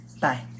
Bye